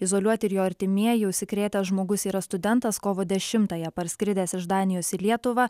izoliuoti ir jo artimieji užsikrėtęs žmogus yra studentas kovo dešimtąją parskridęs iš danijos į lietuvą